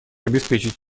обеспечить